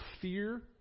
fear